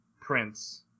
prince